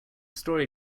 story